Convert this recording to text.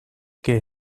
que